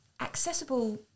accessible